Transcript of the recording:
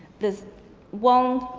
there's one,